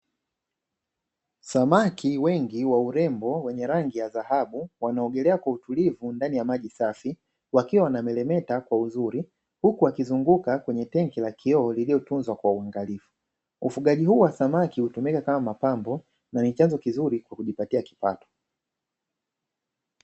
Samaki wengi wa urembo wenye rangi ya dhahabu, wanaogelea kwa utulivu ndani ya maji safi, wakiwa wanameremeta kwa uzuri, huku wakizunguka kwenye tenki la kioo, lililotunzwa kwa uangalifu. Ufugaji huu wa samaki hutumika kama mapambo na ni chanzo kizuri, kwa kujipatia kipato.